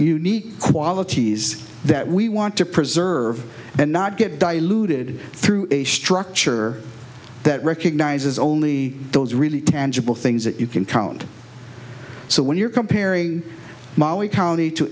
unique qualities that we want to preserve and not get diluted through a structure that recognizes only those really tangible things that you can count so when you're comparing maui county to